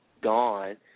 gone